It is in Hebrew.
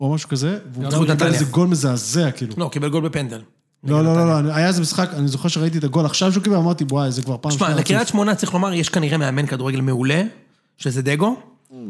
או משהו כזה, והוא קיבל איזה גול מזעזע, כאילו. לא, הוא קיבל גול בפנדל. לא, לא, לא, היה איזה משחק, אני זוכר שראיתי את הגול עכשיו שהוא קיבל, אמרתי, וואי, זה כבר פעם שנייה. תשמע, לקריית שמונה צריך לומר, יש כנראה מאמן כדורגל מעולה, שזה דגו.